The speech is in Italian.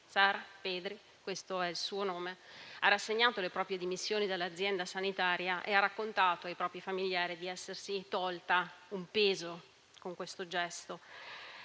Sara (questo è il suo nome) ha rassegnato le proprie dimissioni dell'azienda sanitaria e ha raccontato ai propri familiari di essersi tolta un peso con questo gesto.